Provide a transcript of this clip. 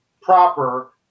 proper